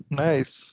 nice